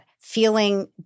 feeling